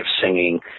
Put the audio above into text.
singing